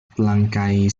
blankaj